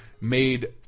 made